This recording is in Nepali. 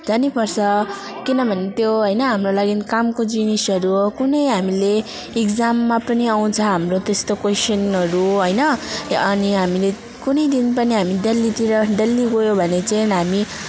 जानु पर्छ किनभने त्यो होइन हाम्रो लागि कामको जिनिसहरू हो कुनै हामीले इक्जाममा पनि आउँछ हाम्रो त्यस्तो कोइसनहरू हो होइन अनि हामीले कुनै दिन पनि हामी देल्लीतिर देल्ली गयो भने चाहिँ हामी